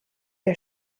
der